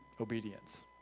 obedience